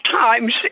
times